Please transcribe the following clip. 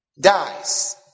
dies